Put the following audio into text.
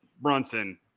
Brunson